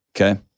Okay